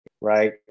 right